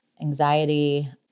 anxiety